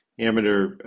amateur